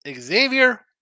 Xavier